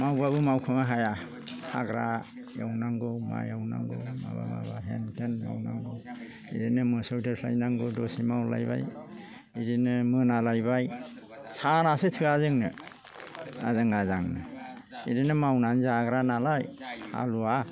मावब्लाबो मावख'नो हाया हाग्रा एवनांगौ माइ एवनांगौ माबा माबा हेन थेन मावनांगौ इदिनो मोसौ दोस्लाय नांगौ दसे मावलायबाय इदिनो मोनालायबाय सानासो थोआ जोंनो आजां गाजांनो इदिनो मावनानै जाग्रा नालाय हालुवा